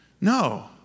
No